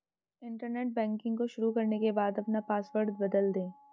internet banking को शुरू करने के बाद अपना पॉसवर्ड बदल दे